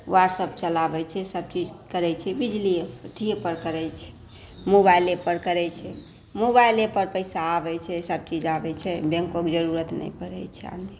WhatsApp चलाबै छै सब चीज करै छै बिजलिए अथीएपर करै छै मोबाइलेपर करै छै मोबाइलेपर पैसा आबै छै सब चीज आबै छै बैंकोके जरूरत नहि पड़ै छै आदमीके